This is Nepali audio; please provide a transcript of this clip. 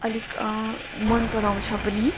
अलिक मन पराउँछ पनि